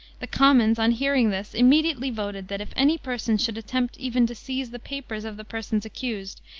the commons, on hearing this, immediately voted, that if any person should attempt even to seize the papers of the persons accused,